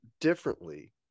differently